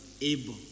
able